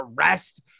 arrest